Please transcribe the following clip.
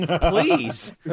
Please